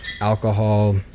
alcohol